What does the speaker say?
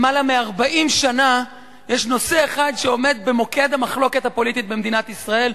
יותר מ-40 שנה יש נושא אחד שעומד במוקד המחלוקת הפוליטית במדינת ישראל,